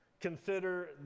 consider